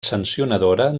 sancionadora